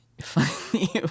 Funny